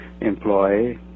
employ